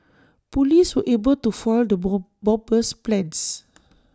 Police were able to foil the ball bomber's plans